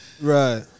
Right